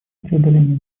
преодоления